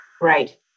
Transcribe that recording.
right